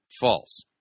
false